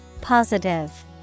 Positive